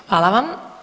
Hvala vam.